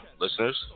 Listeners